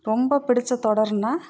ரொம்ப பிடித்த தொடருன்னா